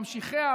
ממשיכיה,